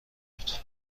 بود